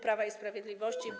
Prawa i Sprawiedliwości, by.